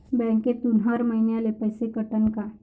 बँकेतून हर महिन्याले पैसा कटन का?